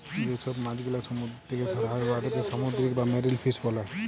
যে ছব মাছ গেলা সমুদ্দুর থ্যাকে ধ্যরা হ্যয় উয়াদেরকে সামুদ্দিরিক বা মেরিল ফিস ব্যলে